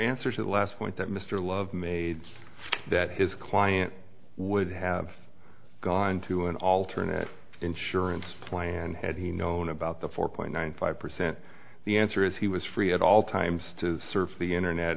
answer to the last point that mr love made that his client would have gone to an alternate insurance plan had he known about the four point five percent the answer is he was free at all times to surf the internet